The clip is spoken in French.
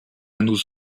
nos